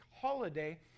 holiday